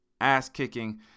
ass-kicking